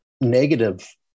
negative